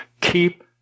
keep